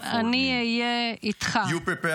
גם כי אלך בגיא צלמות לא אירא רע כי אתה עִמדי